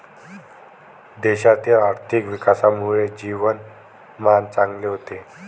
देशातील आर्थिक विकासामुळे जीवनमान चांगले होते